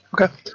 Okay